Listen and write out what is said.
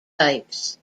types